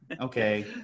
okay